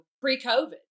pre-COVID